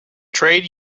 trade